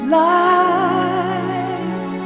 life